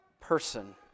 person